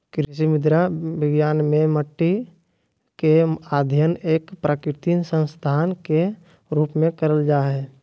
कृषि मृदा विज्ञान मे मट्टी के अध्ययन एक प्राकृतिक संसाधन के रुप में करल जा हई